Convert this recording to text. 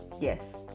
Yes